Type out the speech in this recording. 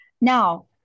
Now